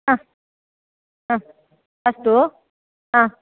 हा हा अस्तु हा